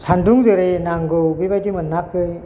सान्दुं जेरै नांगौ बेबायदि मोनाखै